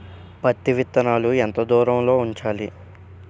పత్తి విత్తనాలు ఎంత దూరంలో ఉంచాలి?